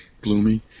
gloomy